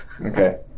Okay